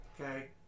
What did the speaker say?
Okay